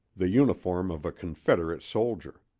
the uniform of a confederate soldier.